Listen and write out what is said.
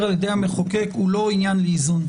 על-ידי המחוקק הוא לא עניין לאיזון.